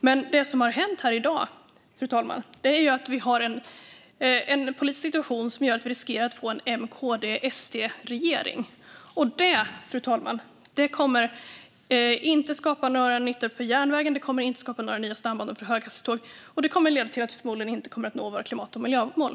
Men det som har hänt här i dag, fru talman, innebär att vi har en politisk situation som gör att vi riskerar att få en M-KD-SD-regering. Det, fru talman, kommer inte att skapa några nyttor för järnvägen. Det kommer inte att skapa några nya stambanor för höghastighetståg. Det kommer förmodligen att leda till att vi inte når våra klimat och miljömål.